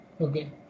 Okay